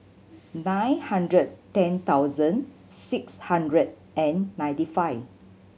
nine hundred ten thousand six hundred and ninety five